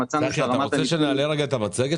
צחי, אתה רוצה שנעלה את המצגת